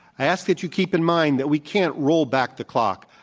i ask that you keep in mind that we can't roll back the clock.